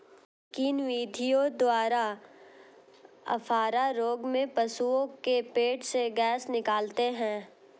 किन विधियों द्वारा अफारा रोग में पशुओं के पेट से गैस निकालते हैं?